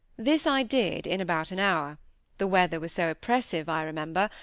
this i did in about an hour the weather was so oppressive, i remember,